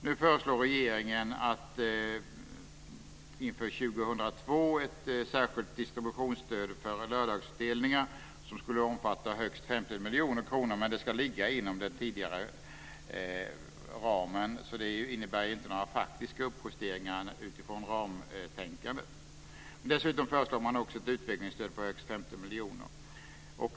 Nu föreslår regeringen inför 2002 ett särskilt distributionsstöd för lördagsutdelning som skulle omfatta högst 50 miljoner kronor. Men det ska ligga inom den tidigare ramen, så det innebär inte någon faktisk uppjustering utifrån ramtänkandet. Dessutom föreslår man ett utvecklingsstöd på högst 50 miljoner.